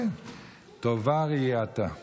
אני